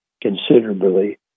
considerably